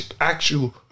actual